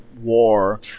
war